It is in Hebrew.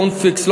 don't fix it.